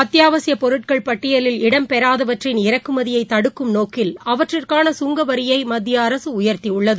அத்தியாவசியபொருட்கள் பட்டியலில் இடம் பெறாதவற்றின் இறக்குமதியைதடுக்கும் நோக்கில் அவற்றிக்கான கங்கவரியைமத்தியஅரசுஉயர்த்தியுள்ளது